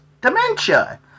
dementia